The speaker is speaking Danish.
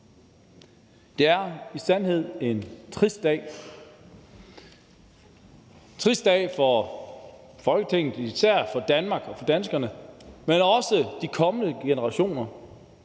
Det er i sandhed en trist dag. Det er en trist dag for Folketinget og især for Danmark og danskerne, men også for de kommende generationer,